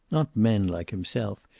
not men like himself,